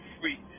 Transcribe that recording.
free